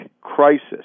crisis